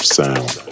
sound